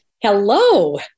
Hello